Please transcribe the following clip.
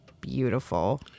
beautiful